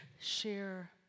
Share